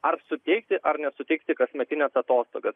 ar suteikti ar nesuteikti kasmetines atostogas